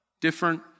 Different